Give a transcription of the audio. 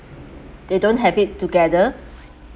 they don't have it together